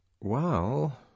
Well